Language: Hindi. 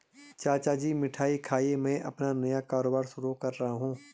चाचा जी मिठाई खाइए मैं अपना नया कारोबार शुरू कर रहा हूं